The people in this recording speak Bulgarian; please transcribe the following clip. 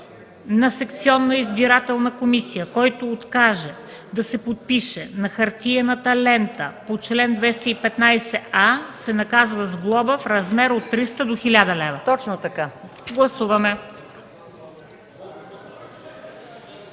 на секционна избирателна комисия, който откаже да се подпише на хартиената лента по чл. 215а, се наказва с глоба в размер от 300 до 1000 лв.” МАЯ МАНОЛОВА: